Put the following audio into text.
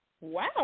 Wow